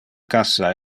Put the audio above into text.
cassa